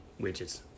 widgets